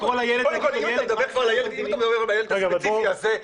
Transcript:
קודם כל אם אתה מדבר על הילד הספציפי הזה,